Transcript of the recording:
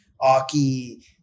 Aki